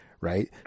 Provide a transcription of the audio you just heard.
right